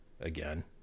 again